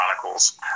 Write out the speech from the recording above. Chronicles